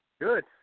Good